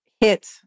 hit